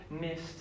missed